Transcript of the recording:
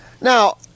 Now